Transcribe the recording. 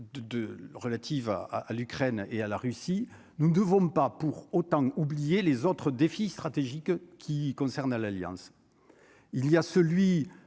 relative à à l'Ukraine et à la Russie, nous ne devons pas pour autant oublié les autres défis stratégiques qui concernent à l'alliance, il y a celui